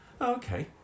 Okay